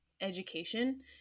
education